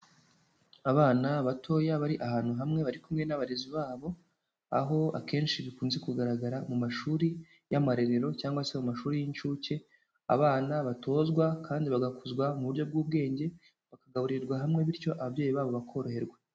Abana batoya bari ahantu hamwe bari kumwe n'abarezi babo, aho akenshi bikunze kugaragara mu mashuri y'amarerero cyangwa se mu mashuri y'incuke, abana batozwa kandi bagakuzwa mu buryo bw'ubwenge, bakagaburirwa hamwe bityo ababyeyi babo bakoroherwa.